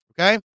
Okay